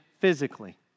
physically